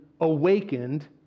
awakened